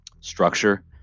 structure